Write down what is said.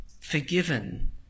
forgiven